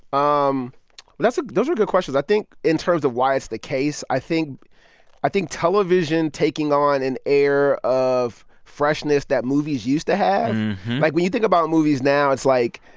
um that's a those are good questions. questions. i think in terms of why it's the case, i think i think television taking on an air of freshness that movies used to have like, when you think about movies now it's like.